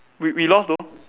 we we lost though